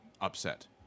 upset